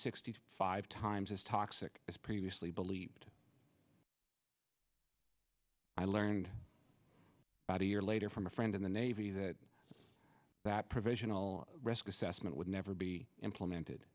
sixty five times as toxic as previously believed i learned about a year later from a friend in the navy that that provisional risk assessment would never be implemented